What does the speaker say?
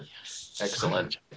Excellent